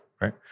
Right